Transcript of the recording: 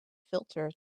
filter